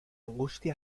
angustia